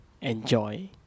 enjoy